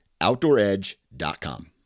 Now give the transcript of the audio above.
OutdoorEdge.com